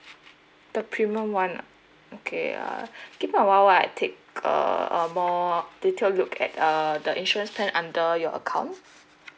the premium [one] ah okay uh give me a while I take uh more detailed look at uh the insurance plan under your account